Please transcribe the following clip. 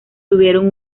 tuvieron